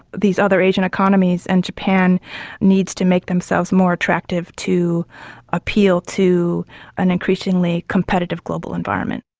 these other asian economies, and japan needs to make themselves more attractive to appeal to an increasingly competitive global environment.